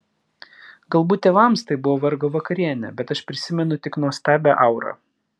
galbūt tėvams tai buvo vargo vakarienė bet aš prisimenu tik nuostabią aurą